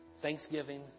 thanksgiving